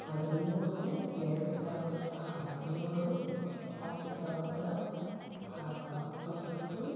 ಹದಿಮೂರು ಎರಡು ಸಾವಿರದ ಹದಿನೇಳು ಹತ್ತು ಸಾವಿರದ ಹ ಹತ್ತೊಂಬತ್ತು